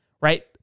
right